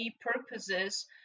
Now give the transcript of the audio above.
purposes